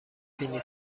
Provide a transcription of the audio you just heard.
پنی